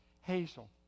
Hazel